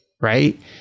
Right